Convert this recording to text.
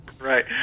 Right